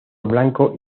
blanco